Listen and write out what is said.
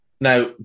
Now